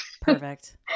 Perfect